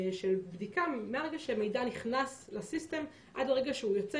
של בדיקה מהרגע שהמידע נכנס לסיסטם עד הרגע שהוא יוצא.